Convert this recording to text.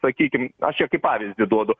sakykim aš čia kaip pavyzdį duodu